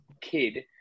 kid